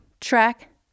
track